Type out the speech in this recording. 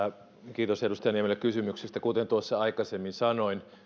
kiitos edustaja niemi kysymyksestä kuten tuossa aikaisemmin sanoin